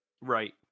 Right